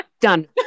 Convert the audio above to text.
done